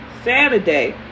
Saturday